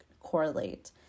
correlate